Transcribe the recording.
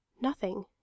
Nothing